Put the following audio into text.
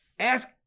Ask